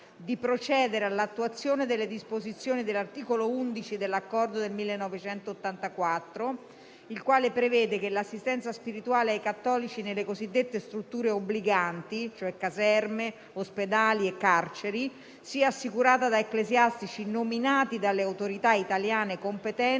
di procedere all'attuazione delle disposizioni dell'articolo 11 dell'Accordo del 1984, il quale prevede che l'assistenza spirituale ai cattolici nelle cosiddette strutture obbliganti, e cioè caserme, ospedali e carceri, sia assicurata da ecclesiastici nominati dalle autorità italiane competenti